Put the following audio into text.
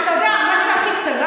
הרי כל הוועדות הן קואליציה,